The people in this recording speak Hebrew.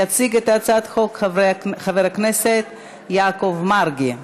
יציג את הצעת החוק חבר הכנסת יעקב מרגי.